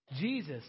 Jesus